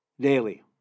daily